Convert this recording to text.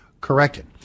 corrected